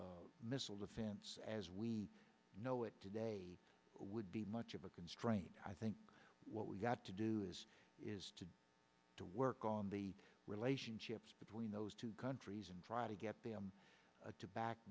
missile defense as we know it today would be much of a constraint i think what we've got to do is to work on the relationships between those two countries and try to get them to back